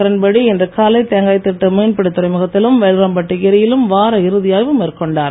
கிரண்பேடி இன்று காலை தேங்காய்திட்டு மின்பிடி துறைமுகத்திலும் வேல்ராம்பட்டு ஏரியிலும் வார இறுதி ஆய்வு மேற்கொண்டார்